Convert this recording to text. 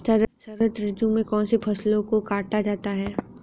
शरद ऋतु में कौन सी फसलों को काटा जाता है?